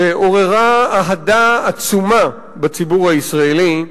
שעוררה אהדה עצומה בציבור הישראלי,